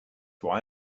why